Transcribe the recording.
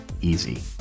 easy